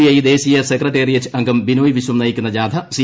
I ദേശീയ secretariat അംഗം ബിനോയ് വിശ്വം നയിക്കുന്ന ജാഥ സി